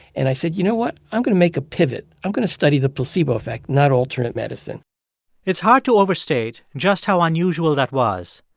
and i said, you know what? i'm going to make a pivot. i'm going to study the placebo effect, not alternate medicine it's hard to overstate just how unusual that was.